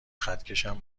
خطکشم